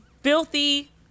filthy